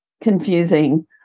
confusing